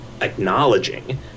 acknowledging